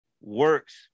works